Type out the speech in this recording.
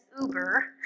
Uber